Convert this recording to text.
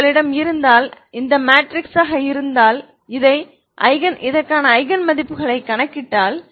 உங்களிடம் அத்தகைய மேட்ரிக்ஸ் இருந்தால் அதன் ஐகன் மதிப்புகளைக் கணக்கிட்டால்